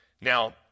Now